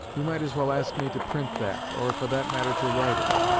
you might as well ask me to print that or, for that matter to write it.